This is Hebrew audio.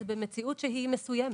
זה במציאות שהיא מסוימת.